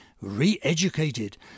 re-educated